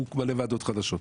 הוקמו הרבה ועדות חדשות.